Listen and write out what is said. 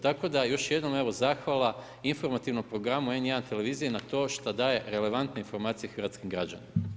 Tako da još jednom evo zahvala informativnom programu N1 televizije šta daje relevantne informacije hrvatskim građanima.